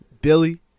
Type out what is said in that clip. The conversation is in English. Billy